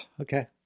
Okay